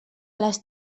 les